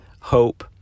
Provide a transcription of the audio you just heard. hope